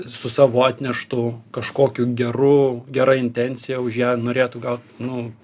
su savo atneštu kažkokiu geru gera intencija už ją norėtų gaut nu